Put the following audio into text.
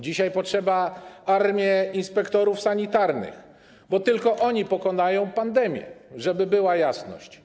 Dzisiaj potrzeba nam armii inspektorów sanitarnych, bo tylko oni pokonają pandemię, żeby była jasność.